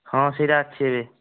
ହଁ ସେଇଟା ଅଛି ଏବେ